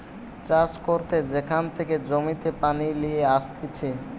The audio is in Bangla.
চাষ করতে যেখান থেকে জমিতে পানি লিয়ে আসতিছে